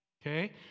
Okay